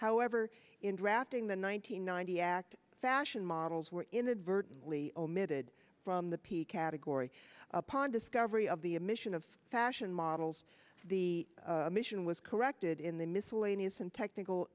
however in drafting the one nine hundred ninety act fashion models were inadvertently omitted from the p category upon discovery of the admission of fashion models the mission was corrected in the miscellaneous and technical